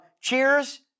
Cheers